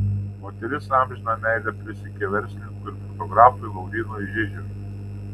moteris amžiną meilę prisiekė verslininkui ir fotografui laurynui žižiui